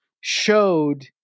showed